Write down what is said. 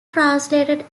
translated